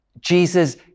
Jesus